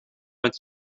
met